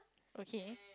okay